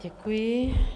Děkuji.